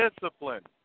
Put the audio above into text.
discipline